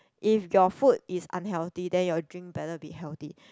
if your food is unhealthy then your drink better be healthy